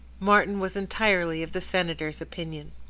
martin was entirely of the senator's opinion.